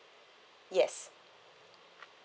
yes